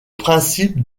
principe